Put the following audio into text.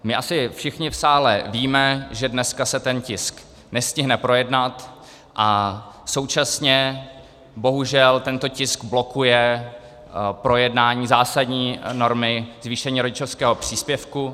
My asi všichni v sále víme, že dneska se ten tisk nestihne projednat, a současně bohužel tento tisk blokuje projednání zásadní normy zvýšení rodičovského příspěvku.